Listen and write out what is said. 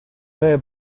nueve